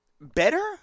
better